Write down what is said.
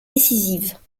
décisives